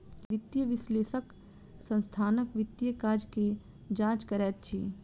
वित्तीय विश्लेषक संस्थानक वित्तीय काज के जांच करैत अछि